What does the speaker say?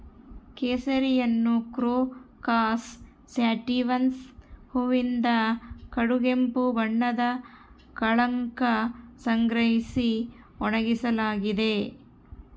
ಕೇಸರಿಯನ್ನುಕ್ರೋಕಸ್ ಸ್ಯಾಟಿವಸ್ನ ಹೂವಿನಿಂದ ಕಡುಗೆಂಪು ಬಣ್ಣದ ಕಳಂಕ ಸಂಗ್ರಹಿಸಿ ಒಣಗಿಸಲಾಗಿದೆ